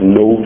no